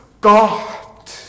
God